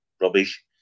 rubbish